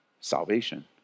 Salvation